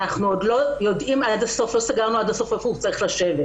עוד לא סגרנו עד הסוף איפה הוא צריך לשבת.